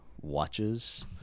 watches